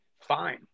Fine